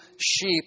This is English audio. sheep